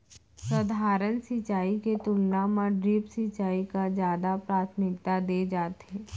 सधारन सिंचाई के तुलना मा ड्रिप सिंचाई का जादा प्राथमिकता दे जाथे